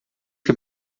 que